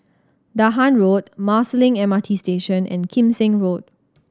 Dahan Road Marsiling M R T Station and Kim Seng Road